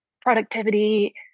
productivity